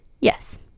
Yes